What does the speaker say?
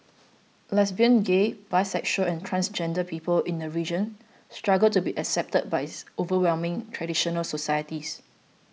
lesbian gay bisexual and transgender people in the region struggle to be accepted by its overwhelming traditional societies